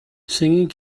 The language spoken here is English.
singing